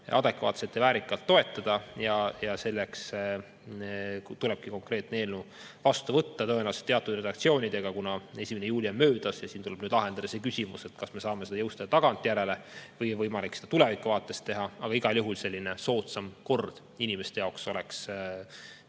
adekvaatselt ja väärikalt toetada. Selleks tulebki konkreetne eelnõu vastu võtta, tõenäoliselt teatud redaktsioonidega, kuna 1. juuli on möödas. Tuleb lahendada see küsimus, kas me saame seda jõustada tagantjärele või on võimalik seda tulevikuvaates teha. Aga igal juhul selline soodsam kord inimeste jaoks oleks